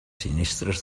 sinistres